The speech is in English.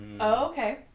Okay